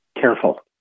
careful